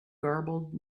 garbled